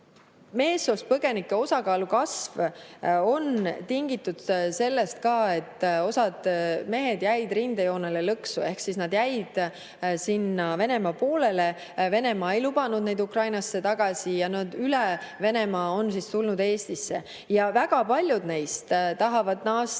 Meessoost põgenike osakaalu kasv on tingitud ka sellest, et osa mehi jäid rindejoonele lõksu, ehk nad jäid Venemaa poolele. Venemaa ei lubanud neid Ukrainasse tagasi ja üle Venemaa on nad tulnud Eestisse. Väga paljud neist tahavad naasta